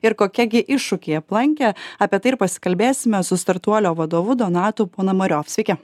ir kokie gi iššūkiai aplankė apie tai ir pasikalbėsime su startuolio vadovu donatu ponamariov sveiki